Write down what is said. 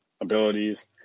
abilities